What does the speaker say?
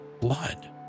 blood